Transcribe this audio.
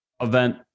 event